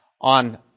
on